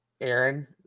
Aaron